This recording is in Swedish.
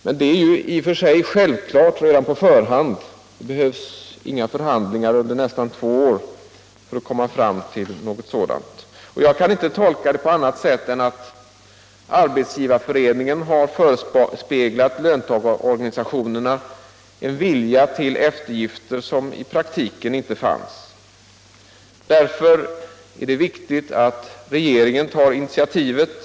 Men detta är klart redan på förhand. Det behövs inga för 5 mars 1976 handlingar under nästan två år för att komma fram till någonting sådant. I Jag kan inte tolka detta på annat sätt än att Arbetsgivareföreningen har Om ökat allmänt förespeglat löntagarorganisationerna en vilja till eftergifter som i praktiken — inflytande vid större inte finns. Därför är det viktigt att regeringen tar initiativet.